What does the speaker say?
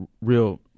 Real